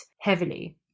heavily